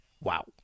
Wow